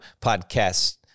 podcast